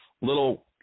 little